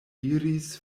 iris